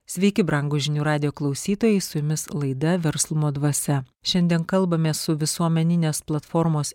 sveiki brangūs žinių radijo klausytojai su jumis laida verslumo dvasia šiandien kalbamės su visuomeninės platformos